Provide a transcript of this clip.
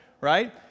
right